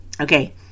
Okay